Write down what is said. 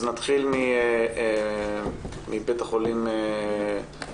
אז נתחיל מבית החולים בילינסון.